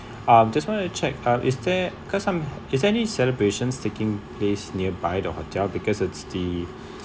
um just want to check uh is there because I'm is there any celebrations taking place nearby the hotel because it's the